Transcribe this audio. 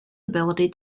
ability